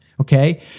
okay